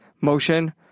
motion